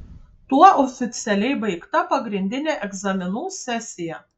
tuo oficialiai baigta pagrindinė egzaminų sesija